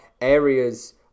areas